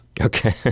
Okay